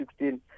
2016